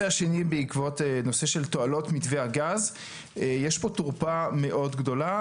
בעקבות תועלות מתווה הגז - יש פה תורפה מאוד גדולה